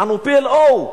יענו PLO,